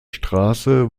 straße